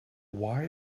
why